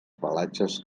pelatges